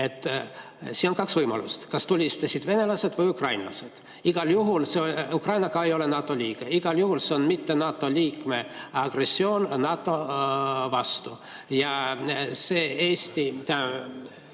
Siin on kaks võimalust: kas tulistasid venelased või ukrainlased. Igal juhul Ukraina ka ei ole NATO liige, igal juhul see on mitte NATO liikme agressioon NATO vastu ja kui see Eesti,